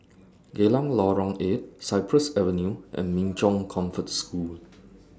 Geylang Lorong eight Cypress Avenue and Min Chong Comfort Home